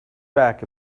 back